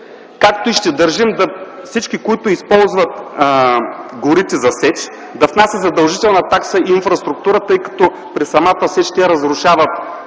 както и ще държим всички, които използват горите за сеч, да внасят задължителна такса „инфраструктура”, тъй като при самата сеч те разрушават